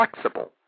flexible